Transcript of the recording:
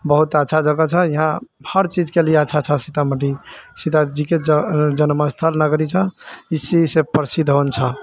बहुत अच्छा जगह छऽ यहाँ हर चीजके लिए अच्छा छऽ सीतामढ़ी सीताजीके जन्मस्थल नगरी छऽ इसीसँ प्रसिद्ध होलऽ छऽ